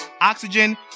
Oxygen